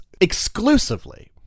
exclusively